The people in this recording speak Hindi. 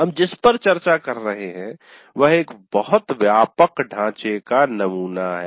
हम जिस पर चर्चा कर रहे हैं वह एक बहुत व्यापक ढांचे का नमूना है